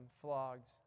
flogged